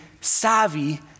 savvy